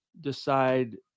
decide